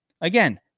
Again